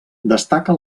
destaca